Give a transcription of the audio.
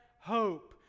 hope